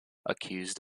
accused